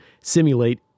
simulate